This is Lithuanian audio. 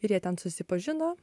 ir jie ten susipažino